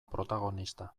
protagonista